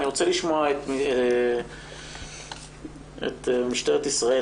אני רוצה לשמוע את משטרת ישראל.